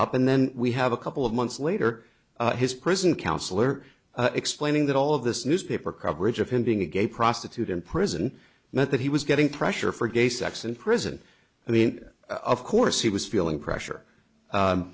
up and then we have a couple of months later his prison counselor explaining that all of this newspaper coverage of him being a gay prostitute in prison meant that he was getting pressure for gay sex in prison i mean of course he was feeling pressure